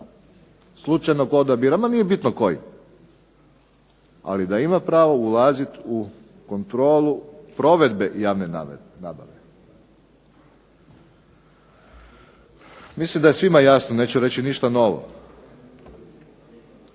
slučajnog odabira, ma nije bitno kojeg, ali da ima pravo ulazit u kontrolu provedbe javne nabave. Mislim da je svima jasno, neću reći ništa novo.